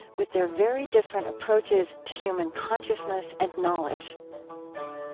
with their very different approaches to human consciousness and knowledge